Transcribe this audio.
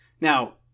Now